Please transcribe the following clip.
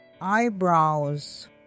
Eyebrows